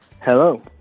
Hello